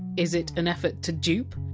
is it an effort to dupe,